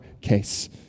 case